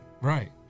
Right